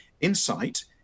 insight